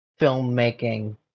filmmaking